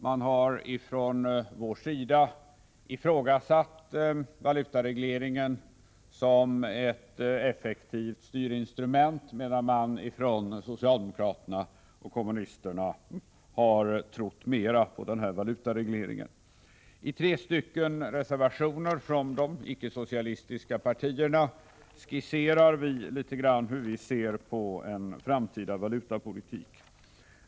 Från vår sida har vi ifrågasatt valutaregleringen som ett effektivt styrinstrument, medan socialdemokraterna och kommunisterna har trott mera på valutareglering. I tre reservationer från de icke-socialistiska partierna skisserar vi hur vi ser på en framtida valutapolitik.